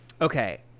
Okay